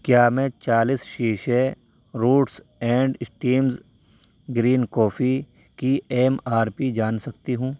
کیا میں چالس سیشے roots and stems green coffee کی ایم آر پی جان سکتی ہوں